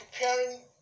preparing